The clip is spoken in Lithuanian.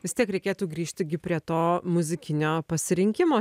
vis tiek reikėtų grįžti prie to muzikinio pasirinkimo